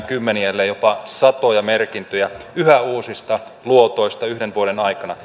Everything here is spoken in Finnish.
kymmeniä ellei jopa satoja merkintöjä yhä uusista luotoista yhden vuoden aikana